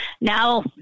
now